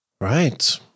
right